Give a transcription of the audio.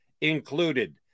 included